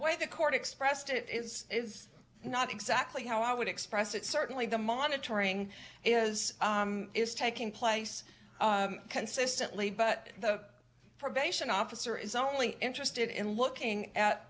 way the court expressed it is not exactly how i would express it certainly the monitoring is is taking place consistently but the probation officer is only interested in looking at